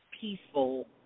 peaceful